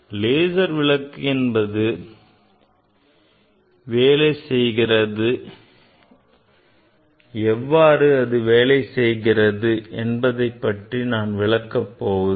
laser விளக்கு எவ்வாறு வேலை செய்கிறது என்பதைப் பற்றி நான் இங்கே விளக்கப் போவதில்லை